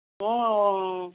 ମୁଁ